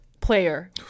player